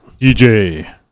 DJ